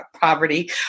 poverty